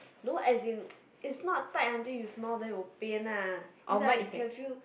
no as in it's not tight until you smile then will pain lah is like can feel